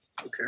Okay